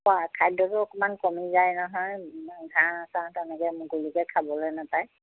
খোৱা খাদ্যটো অকণমান কমি যায় নহয় ঘাঁহ চাঁহ তেনেকৈ মুকলিকৈ খাবলৈ নেপায়